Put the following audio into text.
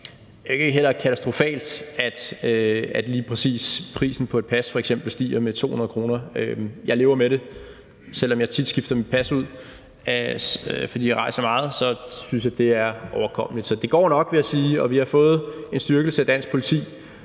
ikke katastrofalt, at lige præcis prisen på et pas f.eks. stiger med 200 kr. Jeg lever med det. Selv om jeg tit skifter mit pas ud, fordi jeg rejser meget, så synes jeg, det er overkommeligt. Så det går nok, vil jeg sige, og vi har fået en styrkelse af dansk politi,